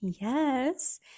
yes